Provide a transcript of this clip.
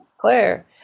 Claire